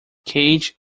cage